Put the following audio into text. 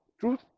truth